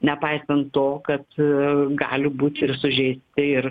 nepaisant to kad gali būt ir sužeisti ir